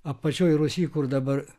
apačioje rūsy kur dabar